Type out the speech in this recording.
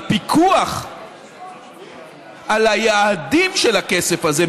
הפיקוח על היעדים של הכסף הזה,